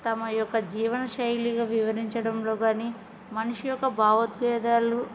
తమ యొక్క జీవన శైలిగా వివరించడంలో కానీ మనిషి యొక్క భావోద్వేగాలు